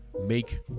Make